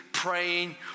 Praying